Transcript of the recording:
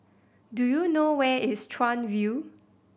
do you know where is Chuan View